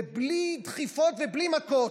בלי דחיפות ובלי מכות.